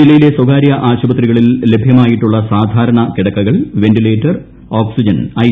ജില്ലയിലെ സ്വകാര്യ ആശുപത്രികളിൽ ലഭ്യമായിട്ടുള്ള സാധാരണ കിടക്കൾ വെൻറിലേറ്റർ ഓക്സിജൻ ഐ